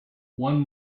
one